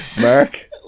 Mark